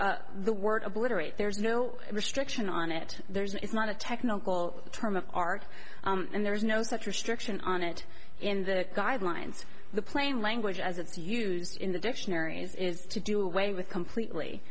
of the word obliterate there's no restriction on it there is not a technical term of art and there is no such restriction on it in the guidelines the plain language as it's used in the dictionaries is to do away with completely